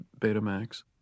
Betamax